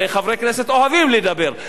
הרי חברי כנסת אוהבים לדבר.